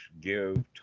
give